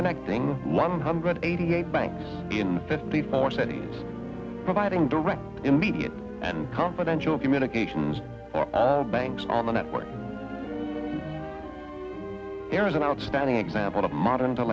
cting one hundred eighty eight banks in fifty four cities providing direct immediate and confidential communications banks on the network there is an outstanding example of modern to